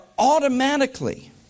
automatically